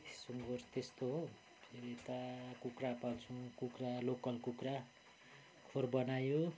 सुँगुर त्यस्तो हो फेरि यता कुखुरा पाल्छु लोकल कुखुरा खोर बनायो